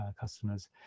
customers